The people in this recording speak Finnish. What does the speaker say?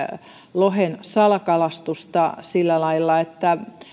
lohen salakalastusta sillä lailla että